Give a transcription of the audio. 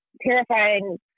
terrifying